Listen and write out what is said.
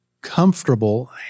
comfortable